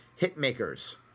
Hitmakers